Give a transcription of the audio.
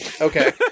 Okay